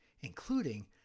including